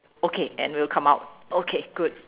okay and we'll come out okay good